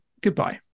goodbye